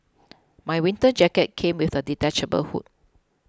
my winter jacket came with a detachable hood